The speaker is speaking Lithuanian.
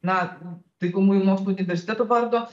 na taikomųjų mokslų universiteto vardo